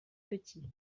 petit